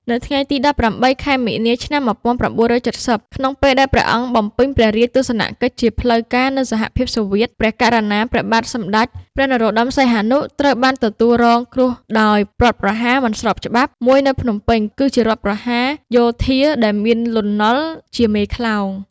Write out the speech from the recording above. នៅថ្ងៃទី១៨ ខែមីនា ឆ្នាំ១៩៧០ ក្នុងពេលដែលព្រះអង្គ បំពេញព្រះរាជទស្សនកិច្ចជាផ្លូវ ការនៅសហភាពសូវៀត ព្រះករុណា ព្រះបាទសម្តេច ព្រះនរោត្តម សីហនុ ត្រូវបានទទួលរង គ្រោះដោយរដ្ឋប្រហារមិនស្របច្បាប់ មួយនៅភ្នំពេញ គឺជារដ្ឋប្រហារយោធា ដែលមាន លន់ នល់ ជាមេក្លោង។